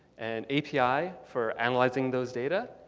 and api for analyzing those data,